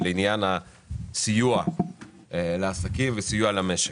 בעניין הסיוע לעסקים וסיוע למשק.